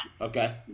Okay